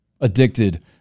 addicted